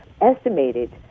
estimated